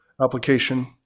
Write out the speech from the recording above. application